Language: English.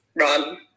run